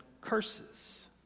curses